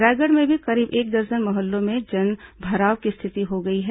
रायगढ़ में भी करीब एक दर्जन मोहल्लों में जनभराव की स्थिति बन गई है